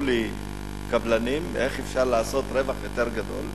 אמרו לי קבלנים, איך אפשר לעשות רווח יותר גדול?